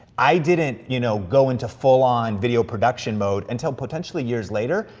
i didn't, you know, go into full-on video production mode until potentially years later,